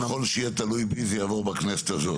ככל שזה יהיה תלוי בי זה יעבור בכנסת הזאת.